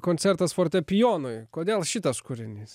koncertas fortepijonui kodėl šitas kūrinys